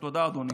תודה, אדוני.